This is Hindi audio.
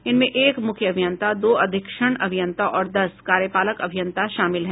इनमें एक मुख्य अभियंता दो अधीक्षण अभियंता और दस कार्यपालक अभियंता शामिल हैं